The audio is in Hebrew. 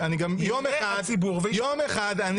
יום אחד,